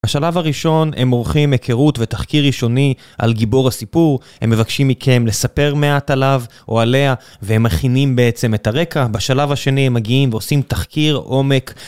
בשלב הראשון הם עורכים היכרות ותחקיר ראשוני על גיבור הסיפור, הם מבקשים מכם לספר מעט עליו או עליה והם מכינים בעצם את הרקע, בשלב השני הם מגיעים ועושים תחקיר עומק.